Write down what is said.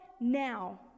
now